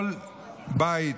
כל בית,